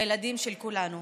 הילדים של כולנו.